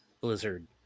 Blizzard